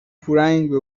پورنگ